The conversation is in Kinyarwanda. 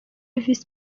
visi